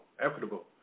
Equitable